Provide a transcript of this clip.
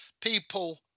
People